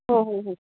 हो हो हो